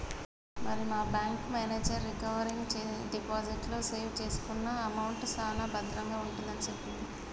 మరి మా bank manager recurring deposit లో సేవ్ చేసుకున్న అమౌంట్ సాన భద్రంగా ఉంటుందని సెప్పిండు